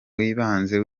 w’ibanze